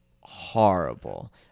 horrible